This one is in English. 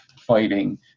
fighting